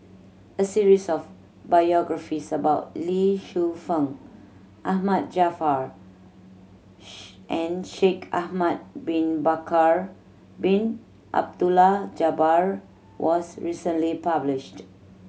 a series of biographies about Lee Shu Fen Ahmad Jaafar and Shaikh Ahmad Bin Bakar Bin Abdullah Jabbar was recently published